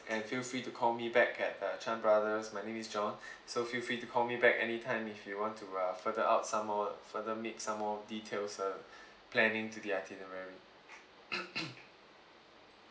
and feel free to call me back at uh chan brothers my name is john so feel free to call me back any time if you want to uh further out some more further meet some more details uh planning to the itinerary